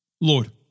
Lord